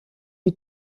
die